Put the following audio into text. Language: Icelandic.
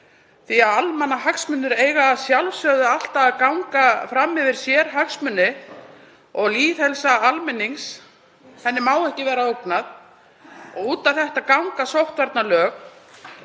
því að almannahagsmunir eiga að sjálfsögðu alltaf að ganga framar sérhagsmunum og lýðheilsu almennings má ekki vera ógnað. Út á þetta ganga sóttvarnalög.